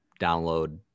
download